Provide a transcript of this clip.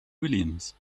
williams